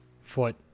foot